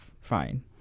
fine